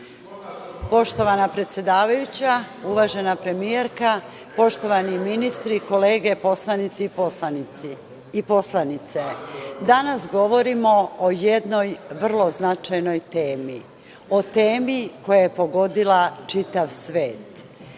predsedavajuća, uvažena premijerka, poštovani ministri, kolege poslanice i poslanici, danas govorimo o jednoj vrlo značajnoj temi. O temi koja je pogodila čitav svet.